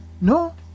No